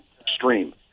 extreme